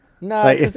No